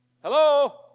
Hello